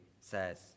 says